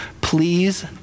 Please